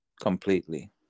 completely